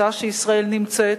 בשעה שישראל נמצאת,